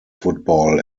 football